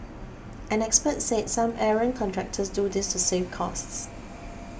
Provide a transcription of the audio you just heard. an expert said some errant contractors do this to save costs